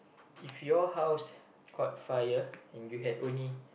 if your house caught fire and you had only